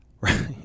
Right